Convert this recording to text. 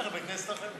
הוא ילך לבית כנסת אחר.